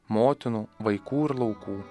motinų vaikų ir laukų